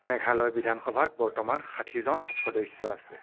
মেঘালয় বিধানসভাত বৰ্তমান ষাঠিজন সদস্য আছে